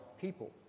people